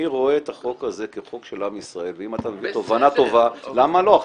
אני רואה את החוק הזה כחוק של עם ישראל ואם אתה מביא תובנה טובה למה לא?